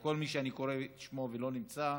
כל מי שאני קורא את שמו ולא נמצא,